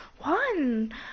One